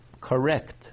correct